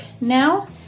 now